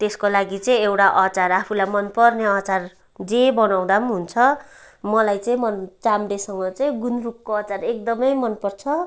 त्यसको लागि चाहिँ एउटा अचार आफूलाई मनपर्ने अचार जे बनाउँदा पनि हुन्छ मलाई चाहिँ मन चाम्रेसँग चाहिँ गुन्द्रुकको अचार एकदमै मनपर्छ